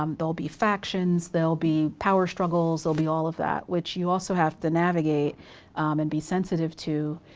um there'll be factions. there'll be power struggles. there'll be all of that which you also have to navigate and be sensitive to.